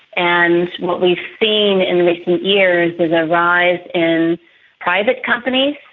and what we've seen in recent years is a rise in private companies,